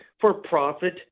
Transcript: for-profit